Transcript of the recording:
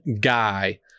guy